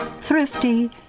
Thrifty